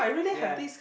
ya